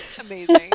amazing